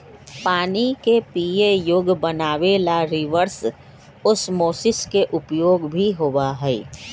पानी के पीये योग्य बनावे ला रिवर्स ओस्मोसिस के उपयोग भी होबा हई